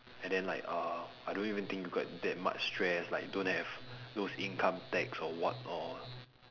and then like uh I don't even think got that much stress like don't have those income tax or what or